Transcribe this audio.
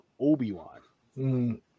Obi-Wan